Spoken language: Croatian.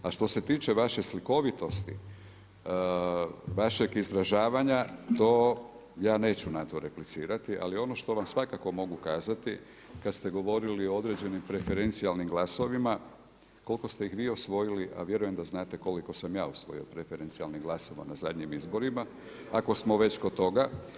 A što se tiče vaše slikovitosti, vašeg izražavanja, to ja neću replicirati, ali ono što vam svakako mogu kazati kada ste govorili o određenim preferencijalnim glasovima, koliko ste ih vi osvojili, a vjerujem da znate koliko sam ja osvojio preferencijalnih glasova na zadnjim izborima, ako smo već kod toga.